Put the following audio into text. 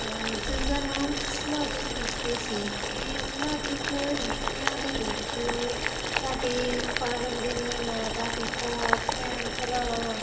ਜਿਸ ਦਾ ਨਾਮ ਸਮਾਜਿਕ ਰਿਸ਼ਤੇ ਸੀ ਅਤੇ ਸਮਾਜਿਕ ਰਿਸ਼ਤਿਆਂ ਦੇ ਵਿੱਚ ਸਾਡੇ ਆ ਜਾਂਦੇ ਨੇ ਮਾਤਾ ਪਿਤਾ ਭੈਣ ਭਰਾ